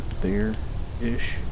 there-ish